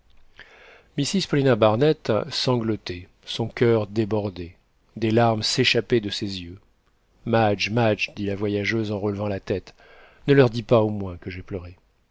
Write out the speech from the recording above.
barnett sanglotait son coeur débordait des larmes s'échappaient de ses yeux madge madge dit la voyageuse en relevant la tête ne leur dis pas au moins que j'ai pleuré